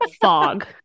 fog